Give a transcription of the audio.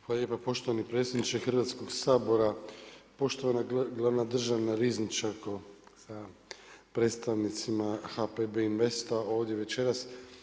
Hvala lijepa poštovani predsjedniče Hrvatskog sabora, poštovana glavna državna rizničarko sa predstavnicima HPB Investa ovdje večeras.